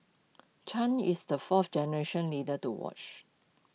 chan is the fourth generation leader to watch